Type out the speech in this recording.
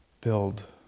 build